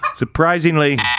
Surprisingly